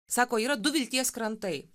sako yra du vilties krantai